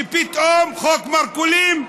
ופתאום חוק מרכולים,